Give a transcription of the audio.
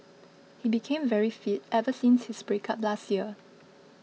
he became very fit ever since his breakup last year